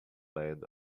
land